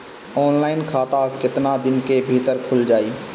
Online खाता केतना दिन के भीतर ख़ुल जाई?